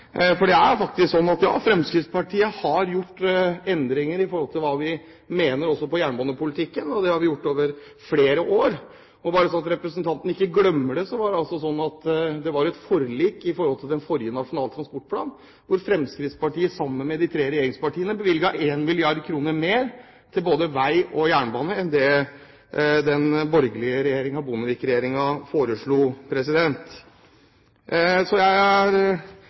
for det er faktisk sånn at Fremskrittspartiet har gjort endringer i hva vi mener, også i forhold til jernbanepolitikken. Det har vi gjort over flere år, og bare sånn at representanten ikke glemmer det: Det var et forlik i forbindelse med forrige Nasjonal transportplan, hvor Fremskrittspartiet, sammen med de tre regjeringspartiene, bevilget 1 mrd. kr mer til vei og jernbane enn det den borgerlige regjeringen, Bondevik-regjeringen, foreslo. Jeg synes det er